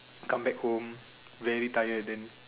come back home very tired then